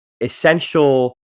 essential